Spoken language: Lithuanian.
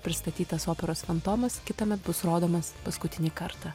pristatytas operos fantomas kitąmet bus rodomas paskutinį kartą